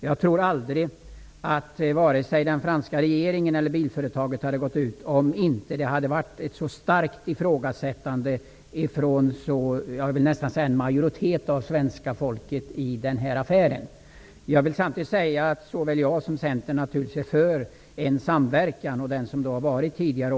Jag tror aldrig att vare sig den franska regeringen eller bilföretaget hade gått ut med uttalanden om inte ifrågasättandet hade varit så starkt från jag vill nästan säga en majoritet av svenska folket i den här affären. Såväl jag som Centern är för en samverkan. Det gäller även den som varit tidigare.